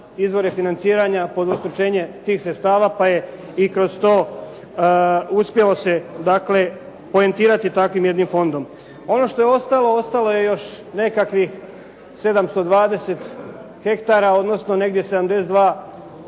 izvore financiranja, podvostručenje tih sredstava pa je i kroz to uspjelo se dakle, poentirati takvim jednim fondom. Ono što je ostalo, ostalo je još nekakvih 720 hektara, odnosno negdje 72